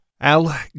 Al